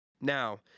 now